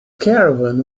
caravan